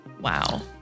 wow